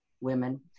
women